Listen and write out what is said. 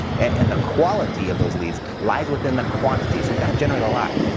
and the quality of those leads lies within the quantity. you've got to generate a lot.